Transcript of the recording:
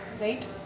right